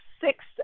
six